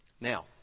Now